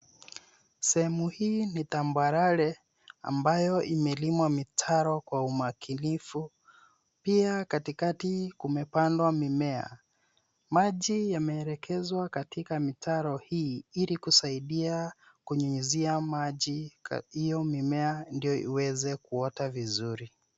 Sehemu hii ni tambarare ambayo imelimwa mitaro kwa umakinifu. Pia, katikati kumepandwa mimea. Maji yameelekezwa katika mitaro hii ili kusaidia kunyunyizia maji hiyo mimea ndo iweze kuota vizuri.